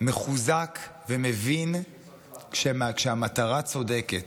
מחוזק ומבין שהמטרה צודקת,